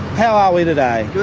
how are we today?